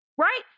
Right